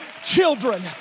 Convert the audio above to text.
Children